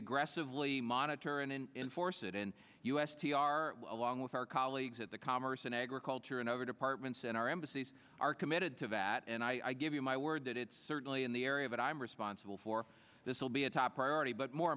aggressively monitor and then enforce it and u s t r along with our colleagues at the commerce and agriculture and over departments and our embassies are committed to that and i give you my word that it's certainly in the area that i'm responsible for this will be a top priority but more